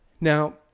Now